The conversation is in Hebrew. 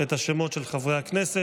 את השמות של חברי הכנסת.